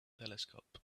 telescope